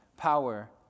Power